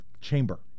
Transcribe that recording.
chamber